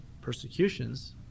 persecutions